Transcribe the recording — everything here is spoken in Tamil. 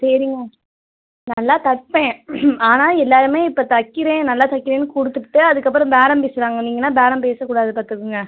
சரிங்க நல்லா தைப்பேன் ஆனால் எல்லாேருமே இப்போ தைக்கிறேன் நல்லா தைக்கிறேன்னு கொடுத்துப்புட்டு அதுக்கப்புறம் பேரம் பேசுகிறாங்க நீங்களாம் பேரம் பேசக்கூடாது பார்த்துக்குங்க